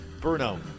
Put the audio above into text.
Bruno